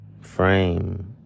frame